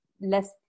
less